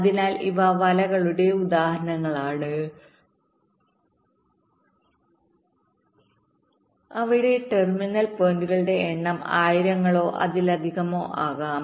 അതിനാൽ ഇവ വലകളുടെ ഉദാഹരണങ്ങളാണ് അവിടെ ടെർമിനൽ പോയിന്റുകളുടെ എണ്ണം ആയിരങ്ങളോ അതിലധികമോ ആകാം